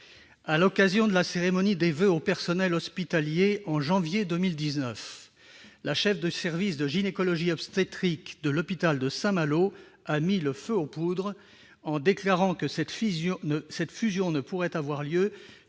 À l'occasion de la cérémonie des voeux au personnel hospitalier en janvier 2019, la chef de service de gynécologie-obstétrique de l'hôpital de Saint-Malo a mis le feu aux poudres en déclarant que cette fusion ne pourrait avoir lieu